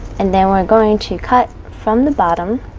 and then we're going to cut from the bottom